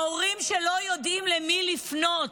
ההורים שלא יודעים למי לפנות.